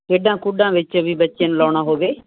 ਖੇਡਾਂ ਖੁਡਾਂ ਵਿੱਚ ਵੀ ਬੱਚੇ ਨੂੰ ਲਉਣਾ ਹੋਵੇ